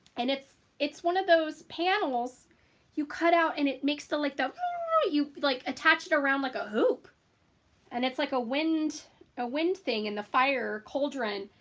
and it's it's one of those panels you cut out and it makes the like though you like attach it around like a hoop and it's like a wind a wind thing in the fire cauldron.